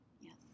Yes